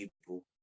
people